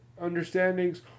understandings